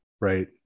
Right